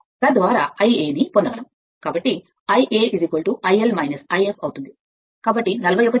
కాబట్టి ∅ I L ∅అవుతుంది కాబట్టి 41 1